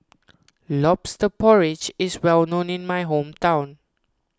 Lobster Porridge is well known in my hometown